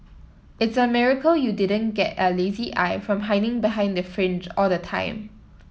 it's a miracle you didn't get a lazy eye from hiding behind the fringe all the time